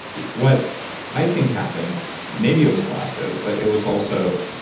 what i think happened, maybe it was blasto, but it was also